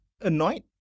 Annoyed